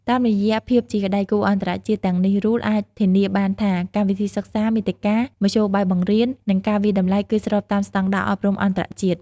តាមរយៈភាពជាដៃគូអន្តរជាតិទាំងនេះ RULE អាចធានាបានថាកម្មវិធីសិក្សា មាតិកា មធ្យោបាយបង្រៀន និងការវាយតម្លៃគឺស្របតាមស្តង់ដារអប់រំអន្តរជាតិ។